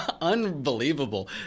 Unbelievable